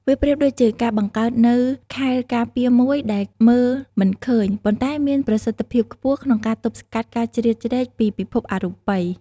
វាប្រៀបដូចជាការបង្កើតនូវខែលការពារមួយដែលមើលមិនឃើញ ប៉ុន្តែមានប្រសិទ្ធភាពខ្ពស់ក្នុងការទប់ស្កាត់ការជ្រៀតជ្រែកពីពិភពអរូបិយ